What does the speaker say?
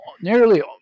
nearly